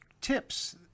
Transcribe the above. tips